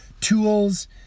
tools